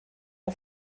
die